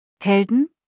Helden